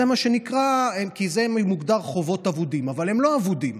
זה מוגדר חובות אבודים, אבל הם לא אבודים,